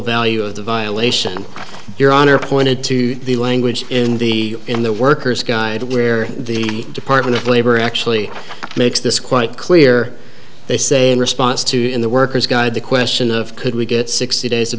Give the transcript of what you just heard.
value of the violation your honor pointed to the language in the in the workers guide where the department of labor actually makes this quite clear they say in response to in the workers guide the question of could we get sixty days of